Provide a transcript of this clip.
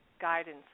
guidance